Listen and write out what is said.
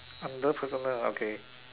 under personal ah okay